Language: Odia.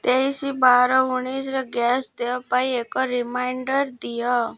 ତେଇଶ ବାର ଉଣେଇଶର ଗ୍ୟାସ୍ ଦେୟ ପାଇଁ ଏକ ରିମାଇଣ୍ଡର୍ ଦିଅ